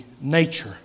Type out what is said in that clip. nature